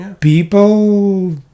people